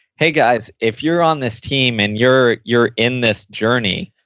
hey guys, if you're on this team and you're you're in this journey,